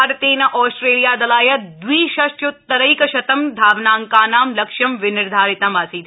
भारतेन ऑस्ट्रेलिया दलाय द्वि षष्ट्यूतरैक शतं धावनांकानां लक्ष्यं विनिर्धारितम् आसीत्